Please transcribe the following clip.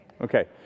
Okay